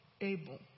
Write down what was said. able